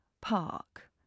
park